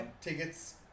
Tickets